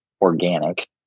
organic